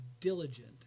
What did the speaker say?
diligent